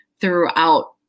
throughout